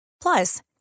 Plus